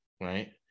Right